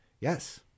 Yes